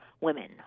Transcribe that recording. women